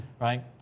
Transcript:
right